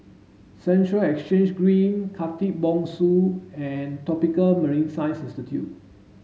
Central Exchange Green Khatib Bongsu and Tropical Marine Science Institute